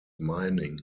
mining